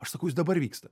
aš sakau jis dabar vyksta